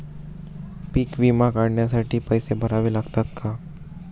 पीक विमा काढण्यासाठी पैसे भरावे लागतात का?